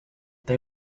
they